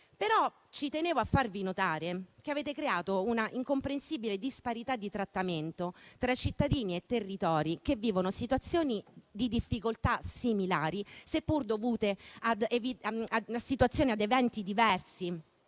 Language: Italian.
ci tengo a farvi notare che avete creato una incomprensibile disparità di trattamento tra i cittadini e i territori che vivono situazioni di difficoltà similari, seppur dovute a situazioni ed eventi diversi.